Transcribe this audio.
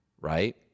right